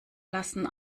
lassen